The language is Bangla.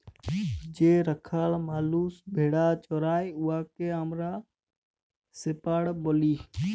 যে রাখাল মালুস ভেড়া চরাই উয়াকে আমরা শেপাড় ব্যলি